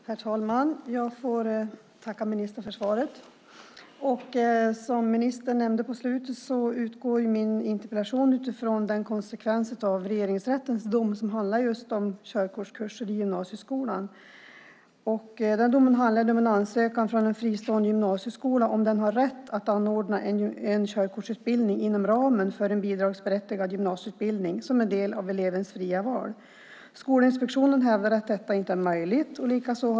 Herr talman! Jag får tacka ministern för svaret. Som ministern nämnde på slutet utgår min interpellation från den konsekvens av Regeringsrättens dom som handlar om körkortskurser i gymnasieskolan. Domen handlar om en ansökan från en fristående gymnasieskola och om den har rätt att anordna en körkortsutbildning inom ramen för en bidragsberättigad gymnasieutbildning som en del av elevens fria val. Skolinspektionen hävdar att detta inte är möjligt.